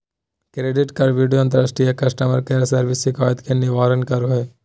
credit कार्डव्यू अंतर्राष्ट्रीय customer care service शिकायत के निवारण करो हइ